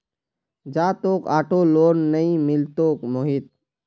जा, तोक auto loan नइ मिलतोक मोहित